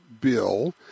bill